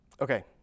Okay